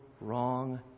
wrong